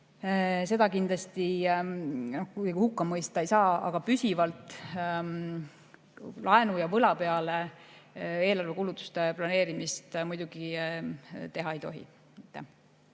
seda kindlasti kuidagi hukka mõista ei saa. Aga püsivalt laenu ja võla peale eelarve kulutuste planeerimist muidugi teha ei tohi.